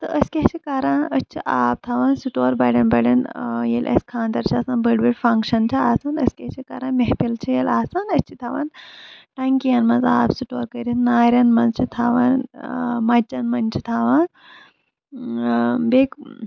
تہٕ أسۍ کیاہ چھِ کران أسۍ چھِ آب تھاوان سِٹور بَڑٮ۪ن بَڑٮ۪ن ییٚلہِ اَسہِ خانٛدر چھُ بٔڑ بٔڑ فنکشن چھِ آسان أسۍ کیٛاہ چھِ کران محفِل چھِ ییٚلہِ آسان أسۍ چھِ تھاوان ٹنکین منٛز آب سِٹور کٔرِتھ نارٮ۪ن منٛز چھِ تھاوان مَچیٚن منٛز چھِ تھاوان بیٚیہِ